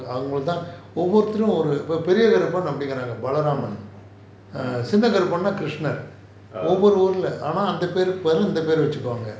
பாக்கும்போது தான் ஒவ்வொருத்தரும் பெரிய கருப்பறாங்க:paakumpothu thaan ovvorutharum periya karupandraanga balaraaman chinnakaruppan ந:na krishnan ஒவ்வொரு ஊருல ஆனா அந்த பெரு பதிலை இந்த பெயரை வெச்சிப்பாங்க:ovvoru oorula aana antha peru bathila intha peara vechipanga